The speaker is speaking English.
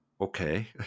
okay